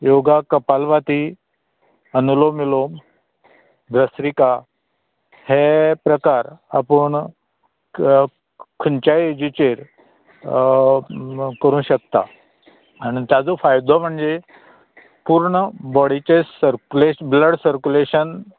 योगा कपाल भाती अनुलोम विलोम भस्रिका हें प्रकार आपूण खं खंयच्याय एजींचेर करूंक शकता आनी ताचो फायदो म्हणजे पूर्ण बोडीचें सर्कुलेट ब्लड सर्कुलेशन